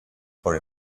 for